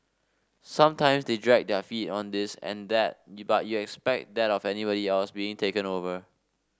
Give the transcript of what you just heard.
sometimes they dragged their feet on this and that but you expect that of anybody else being taken over